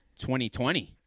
2020